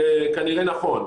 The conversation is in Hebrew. זה כנראה נכון.